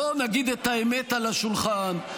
בוא נגיד את האמת על השולחן,